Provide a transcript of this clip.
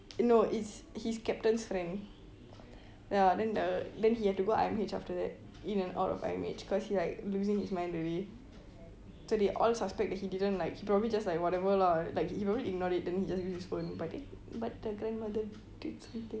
no it's his captain's friend ya then the then he had to go I_M_H ah after that in and out of I_M_H cause he like losing his mind already so they all suspect that he didn't like he probably just like whatever lah like he probably ignored it then he just use his phone but the grandmother did something